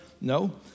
no